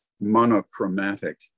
monochromatic